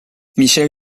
michel